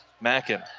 Mackin